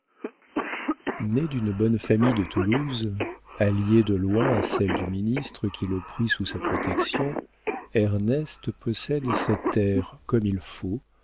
né d'une bonne famille de toulouse alliée de loin à celle du ministre qui le prit sous sa protection ernest possède cet air comme il faut